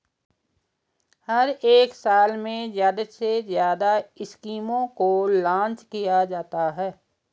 हर एक साल में ज्यादा से ज्यादा स्कीमों को लान्च किया जाता है